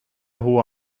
hohe